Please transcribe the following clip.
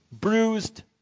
bruised